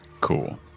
Cool